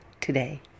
today